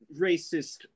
racist